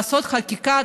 לעשות חקיקה.